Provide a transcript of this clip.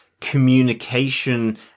communication